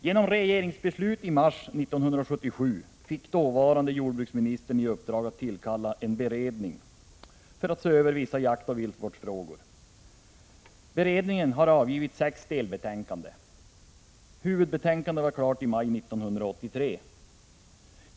Genom regeringsbeslut i mars 1977 fick dåvarande jordbruksministern i uppdrag att tillkalla en beredning för att se över vissa jaktoch viltvårdsfrågor. Beredningen har avgivit sex delbetänkanden. Huvudbetänkandet var klart i maj 1983.